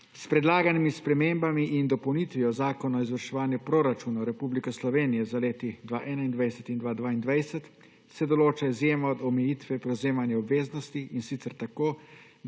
S predlaganimi spremembami in dopolnitvijo Zakona o izvrševanju proračunov Republike Slovenije za leti 2021 in 2022 se določa izjema od omejitve prevzemanja obveznosti, in sicer tako,